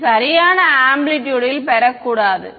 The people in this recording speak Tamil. இது சரியான ஆம்ப்ளீடூட் ல் பெறக்கூடாது